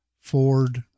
Ford